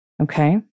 Okay